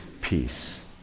peace